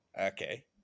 Okay